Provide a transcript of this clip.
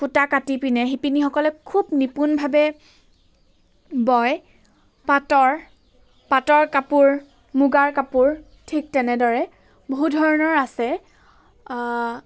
সূতা কাটি পিনে শিপিনীসকলে খুব নিপুণভাৱে বয় পাটৰ পাটৰ কাপোৰ মুগাৰ কাপোৰ ঠিক তেনেদৰে বহু ধৰণৰ আছে